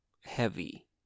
heavy